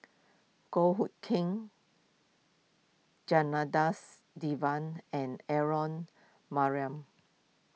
Goh Hood Keng Janadas Devan and Aaron marram